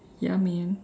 ya man